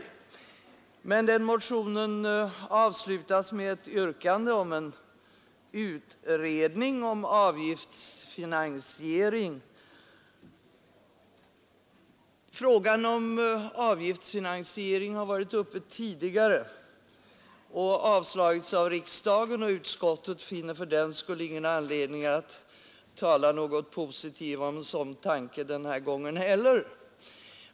Motionen avslutas med ett yrkande om en utredning av avgiftsfinansiering. Den frågan om avgiftsfinansiering har varit uppe tidigare och avslagits av riksdagen, och utskottet finner fördenskull ingen anledning att tala positivt om en sådan tanke den här gången heller.